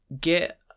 get